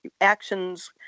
actions